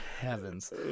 heavens